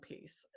piece